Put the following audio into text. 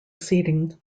seating